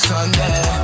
Sunday